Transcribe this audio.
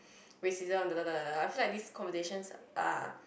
racism I feel these conversations are